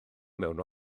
mewn